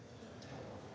Tak